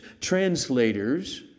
translators